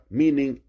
meaning